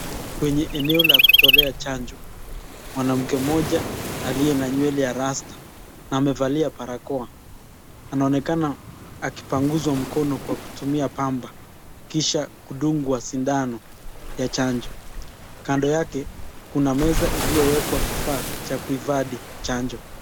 Kwenye eneo la kutolea chanjo, mwanamke mmoja aliye na nywele ya rasta na amevalia barakoa anaonekana akipanguzwa mkono kwa kutumia pamba kisha kudungwa sindano ya chanjo. Kando yake kuna meza iliyowekwa kifaa cha kuhifadhi chanjo.